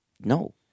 No